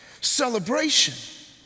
celebration